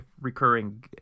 recurring